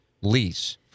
lease